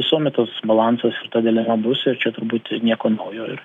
visuomet tas balansas ir ta dilema bus ir čia turbūt nieko naujo ir